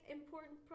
important